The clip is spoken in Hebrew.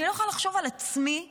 אני לא יכולה לחשוב על עצמי שעה,